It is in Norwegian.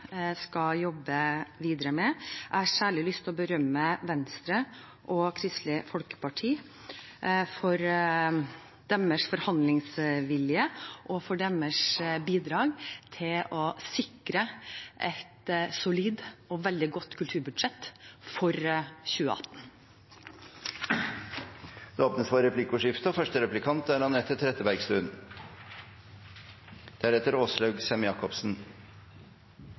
skal jobbe videre med. Jeg har særlig lyst til å berømme Venstre og Kristelig Folkeparti for deres forhandlingsvilje og for deres bidrag til å sikre et solid og veldig godt kulturbudsjett for 2018. Det blir replikkordskifte. Statsråden skrøt av regjeringens filmpolitikk i sitt innlegg, men det er